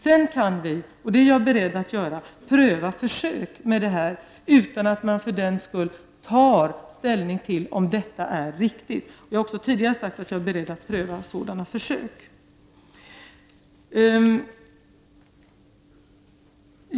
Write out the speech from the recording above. Sedan kan vi — och det är jag beredd till — göra försök med denna metod utan att man för den skull tar ställning till om detta är riktigt. Jag har också tidigare sagt att jag är beredd att göra sådana försök.